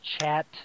chat